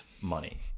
money